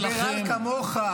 ליברל כמוך,